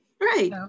Right